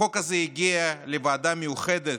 החוק הזה הגיע לוועדה מיוחדת,